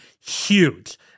huge